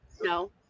No